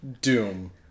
Doom